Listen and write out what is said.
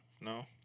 No